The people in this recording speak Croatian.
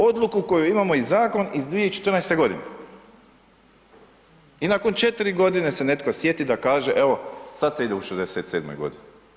Odluku koju imamo i zakon iz 2014. godine i nakon 4 godine se netko sjeti da kaže, evo sad se ide u 67 godini.